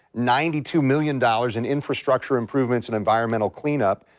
ninety two million dollars in infrastructure improvements in environmental cleanup.